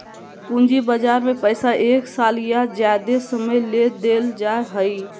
पूंजी बजार में पैसा एक साल या ज्यादे समय ले देल जाय हइ